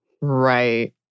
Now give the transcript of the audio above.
Right